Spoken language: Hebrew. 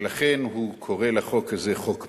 ולכן הוא קורא לחוק הזה חוק מתועב,